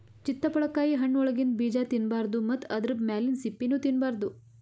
ಚಿತ್ತಪಳಕಾಯಿ ಹಣ್ಣ್ ಒಳಗಿಂದ ಬೀಜಾ ತಿನ್ನಬಾರ್ದು ಮತ್ತ್ ಆದ್ರ ಮ್ಯಾಲಿಂದ್ ಸಿಪ್ಪಿನೂ ತಿನ್ನಬಾರ್ದು